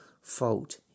fault